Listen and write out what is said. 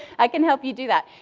i can help you do that.